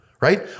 right